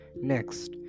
Next